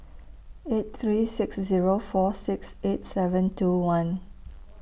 eight three six Zero four six eight seven two one